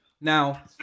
Now